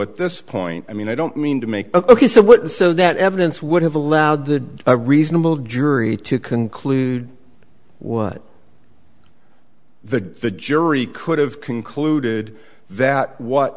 at this point i mean i don't mean to make ok so what so that evidence would have allowed the a reasonable jury to conclude what the jury could have concluded that what